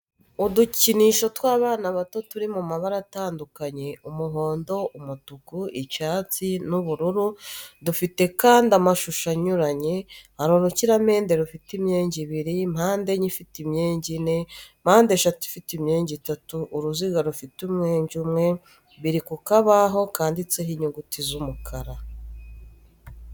Udukinisho tw'abana bato turi mu mabara atandukanye, umuhondo, umutuku, icyatsi, n'ubururu, dufite kandi amashusho anyuranye, hari urukiramende rufite imyenge ibiri, mpande enye ifite imyenge ine, mpande eshatu ifite imyenge itatu, uruziga rufite umwenge umwe, biri ku kabaho kanditseho inyuguti z'umukara.